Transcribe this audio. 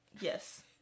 yes